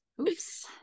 Oops